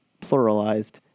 pluralized